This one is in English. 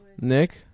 Nick